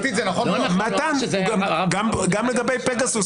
--- גם לגבי פגסוס.